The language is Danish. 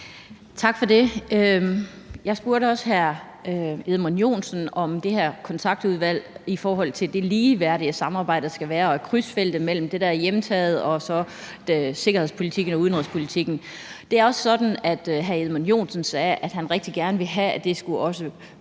Tak for det. Jeg spurgte også hr. Edmund Joensen om det her Kontaktudvalg i forhold til det ligeværdige samarbejde, der skal være, også i krydsfeltet mellem det, der er hjemtaget, og så sikkerhedspolitikken og udenrigspolitikken. Det er også sådan, at hr. Edmund Joensen sagde, at han rigtig gerne vil have, at det også skal være